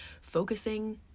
focusing